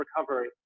recovery